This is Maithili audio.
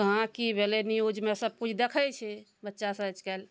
कहाँ की भेलै न्यूजमे सबकिछु देखै छै बच्चा सब आइकाल्हि